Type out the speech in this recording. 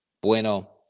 Bueno